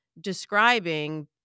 describing